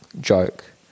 joke